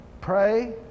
pray